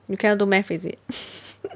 you cannot do math is it